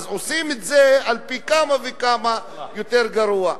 עושים את זה פי כמה וכמה יותר גרוע.